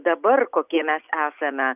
dabar kokie mes esame